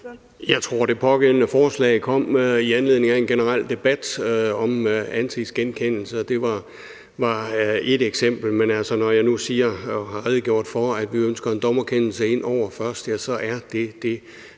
Jeg tror, at det pågældende forslag kom i anledning af en generel debat om ansigtsgenkendelse, og det var ét eksempel. Men når jeg nu siger og har redegjort for, at vi ønsker en dommerkendelse ind over først, så er det det,